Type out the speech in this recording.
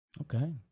Okay